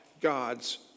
God's